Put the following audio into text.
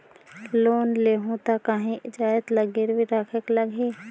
Loan लेहूं ता काहीं जाएत ला गिरवी रखेक लगही?